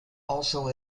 also